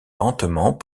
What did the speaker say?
lentement